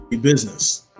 business